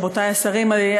רבותי השרים,